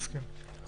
מסכים.